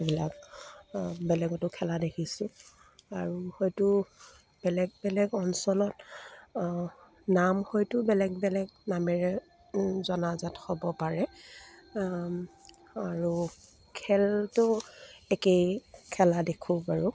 এইবিলাক বেলেগতো খেলা দেখিছোঁ আৰু হয়তো বেলেগ বেলেগ অঞ্চলত নাম হয়তো বেলেগ বেলেগ নামেৰে জনাজাত হ'ব পাৰে আৰু খেলটো একেই খেলা দেখোঁ বাৰু